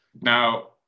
Now